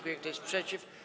Kto jest przeciw?